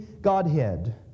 Godhead